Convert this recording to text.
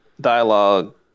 dialogue